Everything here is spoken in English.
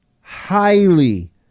highly